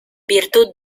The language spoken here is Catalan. virtut